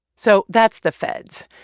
so that's the feds.